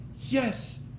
yes